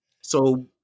So-